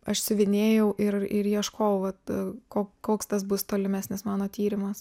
aš siuvinėjau ir ir ieškojau vat ko koks tas bus tolimesnis mano tyrimas